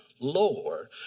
Lord